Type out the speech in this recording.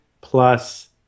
plus